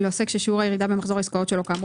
"עוסק שמחזור עסקאותיו עולה